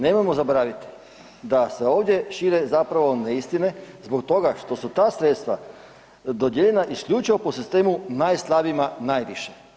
Nemojmo zaboraviti da se ovdje šire zapravo neistine zbog toga što su ta sredstva dodijeljena isključivo po sistemu najslabijima najviše.